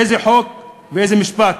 איזה חוק ואיזה משפט?